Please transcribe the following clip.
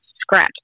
scratch